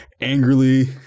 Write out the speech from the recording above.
angrily